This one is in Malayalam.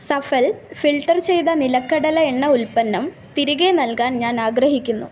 സഫൽ ഫിൽട്ടർ ചെയ്ത നിലക്കടല എണ്ണ ഉൽപ്പന്നം തിരികെ നൽകാൻ ഞാനാഗ്രഹിക്കുന്നു